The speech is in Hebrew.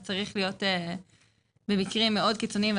זה צריך להיות במקרים מאוד קיצוניים.